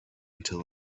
until